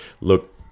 Look